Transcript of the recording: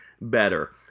better